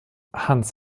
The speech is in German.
hans